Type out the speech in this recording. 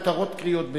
מותרות קריאות ביניים.